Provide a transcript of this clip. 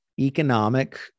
economic